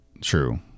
True